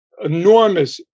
enormous